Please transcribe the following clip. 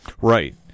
Right